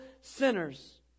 sinners